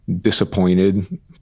disappointed